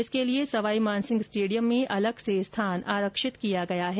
इसके लिए सवाई मानसिंह स्टेडियम में अलग से स्थान आरक्षित किया गया है